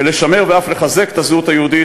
ולשמר ואף לחזק את הזהות היהודית,